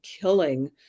killing